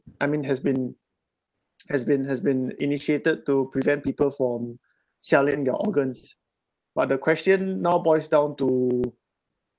I mean it has been has been has been initiated to prevent people from selling their organs but the question now boils down to